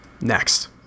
Next